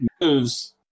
moves